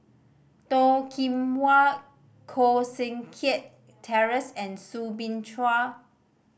Toh Kim Hwa Koh Seng Kiat Terence and Soo Bin Chua